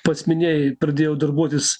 pats minėjai pradėjau darbuotis